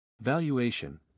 Valuation